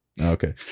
Okay